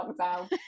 lockdown